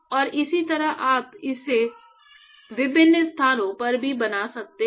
और इसी तरह आप इसे विभिन्न स्थानों पर भी बना सकते हैं